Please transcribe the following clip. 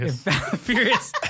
furious